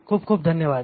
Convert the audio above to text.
खूप खूप धन्यवाद